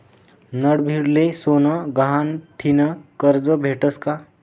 नडभीडले सोनं गहाण ठीन करजं भेटस का?